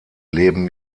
leben